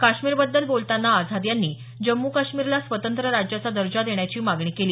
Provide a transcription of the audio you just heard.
काश्मीर बद्दल बोलताना आझाद यांनी जम्मू काश्मीरला स्वतंत्र राज्याचा दर्जा देण्याची मागणी केली